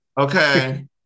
Okay